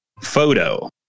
photo